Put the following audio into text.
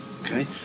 Okay